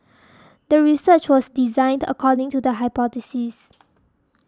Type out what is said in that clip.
the research was designed according to the hypothesis